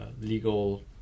legal